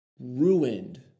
ruined